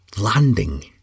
landing